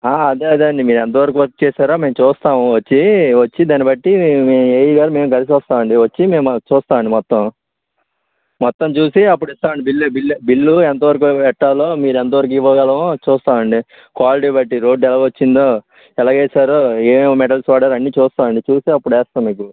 అదే అదేఅండి మీరు ఎంతవరకు వర్క్ చేశారో మేము చూస్తాము వచ్చి వచ్చి దాన్నిబట్టి ఏఈ గారు మేము కలిసి వస్తాం అండి వచ్చి మేము చూస్తామండి మొత్తం